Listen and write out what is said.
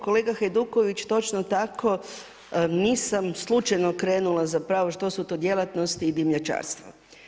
Kolega Hajduković, točno tako, nisam slučajno krenula zapravo što su to djelatnosti dimnjačarstva.